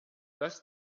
dass